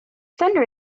thunder